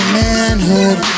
manhood